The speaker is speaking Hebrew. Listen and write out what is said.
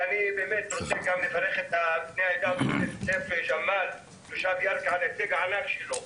אני רוצה לברך את -- תושב ירכא על ההישג שלו,